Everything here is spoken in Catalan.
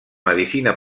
medicina